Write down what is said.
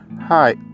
Hi